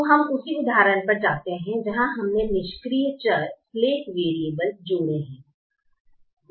तो हम उसी उदाहरण पर वापस जाते हैं जहां हमने निष्क्रिय चर जोड़े हैं